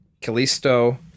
Callisto